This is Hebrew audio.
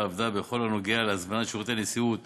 עבדה בכל הנוגע להזמנת שירותי נסיעות